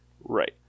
Right